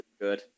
good